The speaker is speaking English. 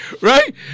right